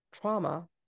trauma